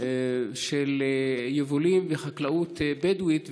של יבולים וחקלאות בדואית.